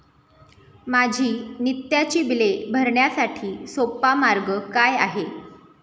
माझी नित्याची बिले भरण्यासाठी सोपा मार्ग काय आहे?